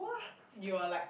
you're like